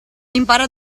impara